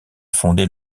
fonder